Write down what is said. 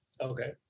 Okay